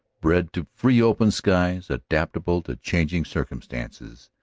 bred to free open skies, adaptable to changing circum stances,